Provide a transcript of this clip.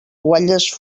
guatlles